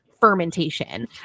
fermentation